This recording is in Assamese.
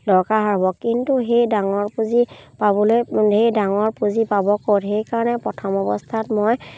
দৰকাৰ হ'ব কিন্তু সেই ডাঙৰ পুঁজি পাবলৈ সেই ডাঙৰ পুঁজি পাব ক'ত সেইকাৰণে প্ৰথম অৱস্থাত মই